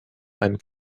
einen